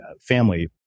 family